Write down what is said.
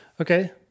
Okay